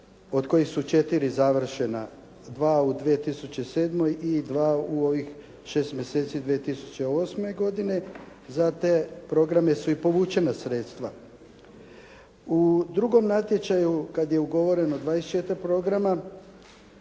od kojih su četiri završena, dva u 2007. i dva u ovih šest mjeseci 2008. godine. za te programe su i povučena sredstva. U drugom natječaju kada je ugovoreno 24 programa,